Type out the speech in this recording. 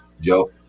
joe